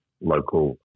local